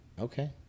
Okay